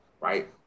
right